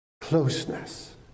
Closeness